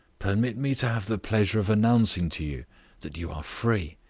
permit me to have the pleasure of announcing to you that you are free.